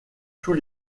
tous